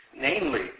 namely